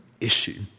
issue